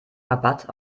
rabatt